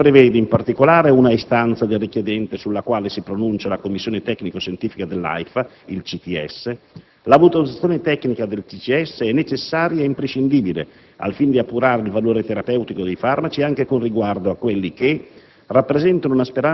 Tale procedura prevede, in particolare, una istanza del richiedente, sulla quale si pronuncia la Commissione tecnico-scientifica dell'AIFA (CTS): la valutazione tecnica della CTS è necessaria e imprescindibile, al fine di appurare il valore terapeutico dei farmaci, anche con riguardo a quelli che